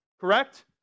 Correct